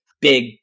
big